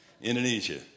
Indonesia